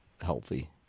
healthy